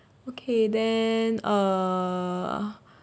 okay then uh